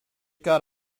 got